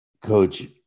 coach